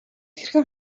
хэрхэн